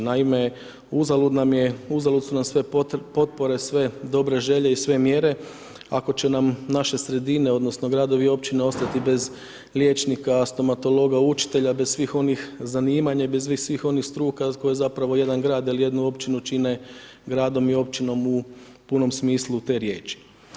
Naime, uzalud nam je, uzalud su nam sve potpore, sve dobre želje i sve mjere ako će nam naše sredine odnosno gradovi i općine ostati bez liječnika, stomatologa, učitelja i bez svih onih zanimanja i bez svih onih struka koje zapravo jedan grad ili jednu općinu čine gradom i općinom u punom smislu te riječi.